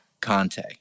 Conte